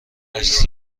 عکس